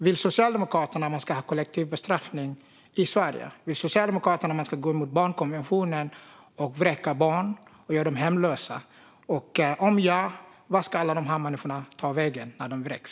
Vill Socialdemokraterna att man ska ha kollektiv bestraffning i Sverige? Vill Socialdemokraterna att man ska gå emot barnkonventionen genom att vräka barn och göra dem hemlösa? Om ja: Vart ska alla de här människorna ta vägen när de vräks?